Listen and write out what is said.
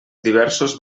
diversos